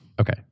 Okay